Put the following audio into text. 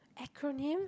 acronym